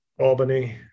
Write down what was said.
Albany